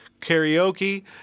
karaoke